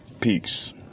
Peace